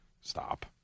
Stop